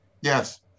Yes